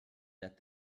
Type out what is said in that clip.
that